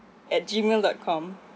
at Gmail dot com